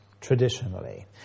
traditionally